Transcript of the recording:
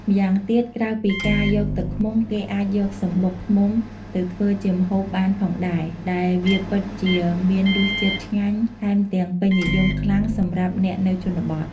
ម្យ៉ាងទៀត ក្រៅពីការយកទឹកឃ្មុំ គេអាចយកសំបុកឃ្មុំទៅធ្វើជាម្ហូបបានផងដែរ ដែលវាពិតជាមានរសជាតិឆ្ងាញ់ថែមទាំងពេញនិយមខ្លាំងសម្រាប់អ្នកនៅជនបទ។